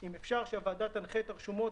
אם אפשר שהוועדה תנחה את הרשומות